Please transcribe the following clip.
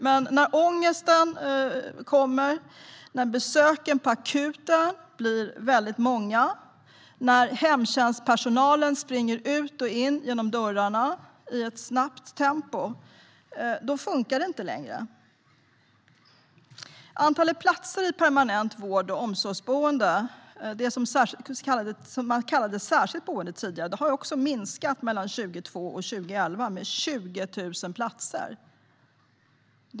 Men när ångesten kommer, när besöken på akuten blir många och när hemtjänstpersonalen springer ut och in genom dörrarna i ett snabbt tempo funkar det inte längre. Antalet platser i permanent vård och omsorgsboende, det som kallades särskilt boende tidigare, har mellan 2002 och 2011 minskat med 20 000 platser.